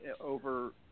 over –